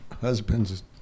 husbands